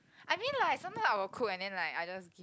I mean like sometimes I will cook and then like I just